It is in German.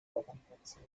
organisation